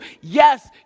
Yes